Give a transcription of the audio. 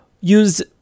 use